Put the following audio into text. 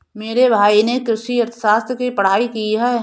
मेरे भाई ने कृषि अर्थशास्त्र की पढ़ाई की है